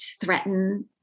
threaten